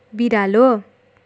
बिरालो